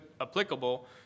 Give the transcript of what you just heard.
applicable